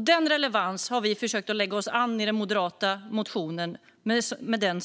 Den relevansen har vi försökt att ta oss an och ha som utgångspunkt i den moderata motionen.